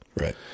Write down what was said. Right